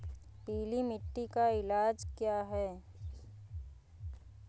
पीली मिट्टी का इलाज क्या है?